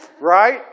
Right